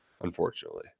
unfortunately